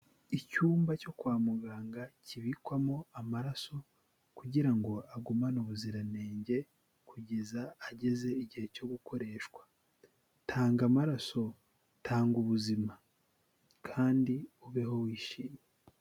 Icyumba cyo kwa muganga kibikwamo amaraso kugira ngo agumane ubuziranenge kugeza ageze igihe cyo gukoreshwa, tanga amaraso, tanga ubuzima kandi ubeho wishimye.